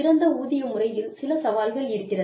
திறந்த ஊதிய முறையில் சில சவால்கள் இருக்கிறது